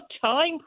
time